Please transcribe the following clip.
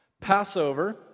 Passover